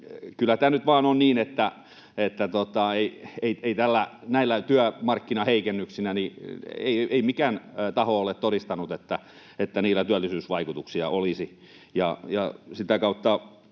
kyllä nyt vaan on niin, että ei näillä työmarkkinaheikennyksillä mikään taho ole todistanut, että niillä olisi työllisyysvaikutuksia. Sitä kautta